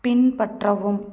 பின்பற்றவும்